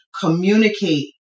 communicate